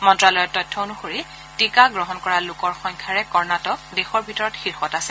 মন্ত্যালয়ৰ তথ্য অনুসৰি টীকা গ্ৰহণ কৰা লোকৰ সংখ্যাৰে কৰ্ণাটক দেশৰ ভিতৰত শীৰ্ষত আছে